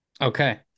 Okay